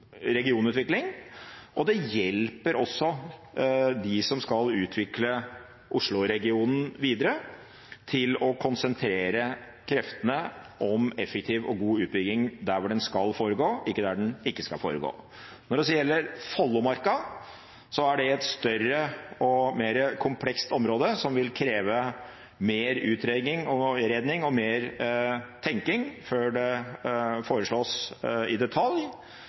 hjelper også de som skal utvikle Oslo-regionen videre, til å konsentrere kreftene om effektiv og god utbygging der den skal foregå, ikke der den ikke skal foregå. Når det så gjelder Follomarka, er det et større og mer komplekst område, som vil kreve mer utredning og mer tenking før det foreslås i detalj,